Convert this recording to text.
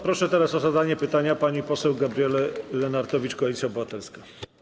Proszę teraz o zadanie pytania panią poseł Gabrielę Lenartowicz, Koalicja Obywatelska.